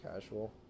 casual